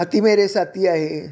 हाथी मेरे साथी आहे